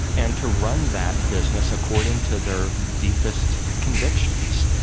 and to run that business according to their deepest convictions.